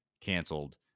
canceled